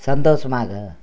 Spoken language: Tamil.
சந்தோஷமாக